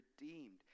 redeemed